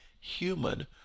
human